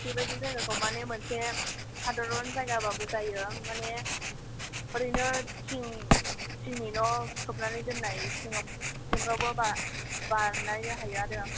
बेबायदि जायगाखौ मानि मोनसे सादारन जायगाबाबो जायो मानि ओरैनो थिं थिंनि न खोबनानै दोननाय सिङाव सिंफ्रावबो बा बानायनो हायो आरो